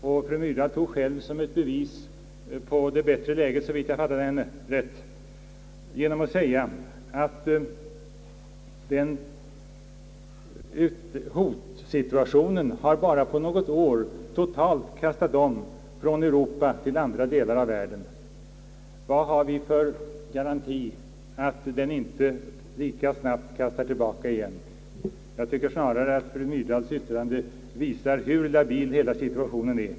Fru Myrdal tog själv som ett bevis på det bättre läget — om jag fattade henne rätt — att »hotsituationen bara på något år totalt kastat om från Europa till andra delar av världen«. Vad har vi för garanti att den inte lika snabbt kastar tillbaka igen? Jag tycker att fru Myrdals yttrande snarare visar hur labil hela situationen är.